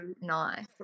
nice